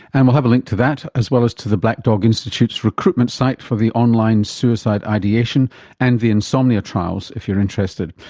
and we'll have a link to that, as well as to the black dog institute's recruitment site for the online suicide ideation and the insomnia trials if you're interested.